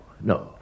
no